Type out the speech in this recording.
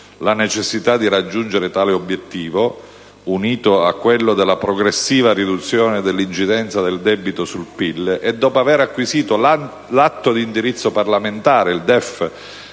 la necessità di raggiungere tale obiettivo, unito a quello della progressiva riduzione dell'incidenza del debito sul PIL, e dopo aver acquisito l'atto di indirizzo parlamentare, il DEF,